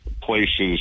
places